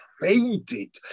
fainted